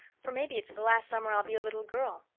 for maybe it's the last summer i'll be a little girl.